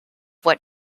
what